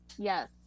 Yes